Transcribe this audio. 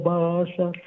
Basha